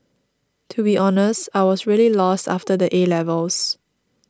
to be honest I was really lost after the 'A' levels